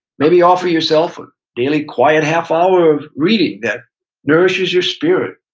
maybe offer yourself a daily quiet half hour of reading that nourishes your spirit.